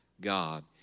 God